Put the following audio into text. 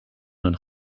hun